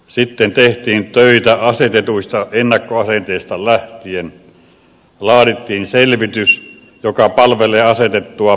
sitten tehtiin töitä asetetuista ennakkoasenteista lähtien laadittiin selvitys joka palvelee asetettua päämäärää